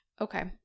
Okay